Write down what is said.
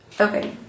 Okay